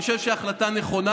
אני חושב שההחלטה נכונה.